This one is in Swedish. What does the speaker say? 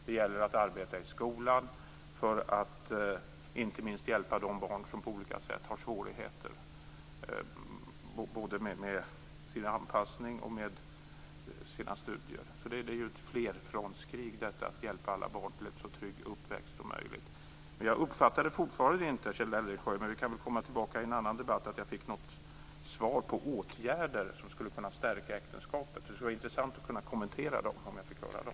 Det gäller att arbeta i skolan för att inte minst hjälpa de barn som på olika sätt har svårigheter både med sin anpassning och med sina studier. Det är ett flerfrontskrig att hjälpa alla barn till en så trygg uppväxt som möjligt. Jag uppfattade fortfarande inte, Kjell Eldensjö - men vi kan väl komma tillbaka i en annan debatt - att jag fick något svar på frågan om åtgärder som skulle kunna stärka äktenskapet. Det skulle vara intressant att kunna kommentera dem om jag fick höra dem.